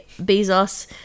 Bezos